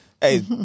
Hey